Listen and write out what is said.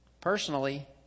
Personally